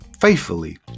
faithfully